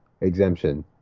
exemption